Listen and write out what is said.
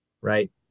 right